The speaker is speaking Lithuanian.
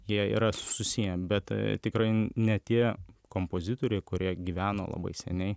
jie yra susiję bet tikrai ne tie kompozitoriai kurie gyveno labai seniai